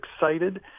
excited